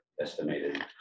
estimated